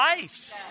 life